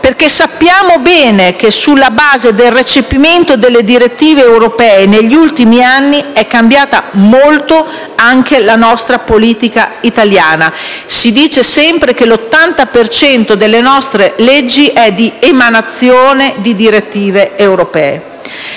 perché sappiamo bene che sulla base del recepimento delle direttive europee negli ultimi anni è cambiata molto anche la politica italiana. Si dice sempre che l'80 per cento delle nostre leggi deriva da direttive europee.